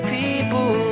people